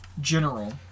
general